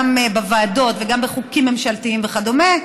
גם בוועדות וגם בחוקים ממשלתיים וכדומה,